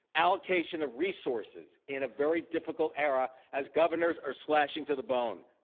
allocation of resources in a very difficult era as governors are slashing to the bone,